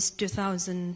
2000